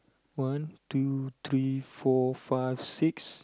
one two three four five six